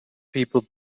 people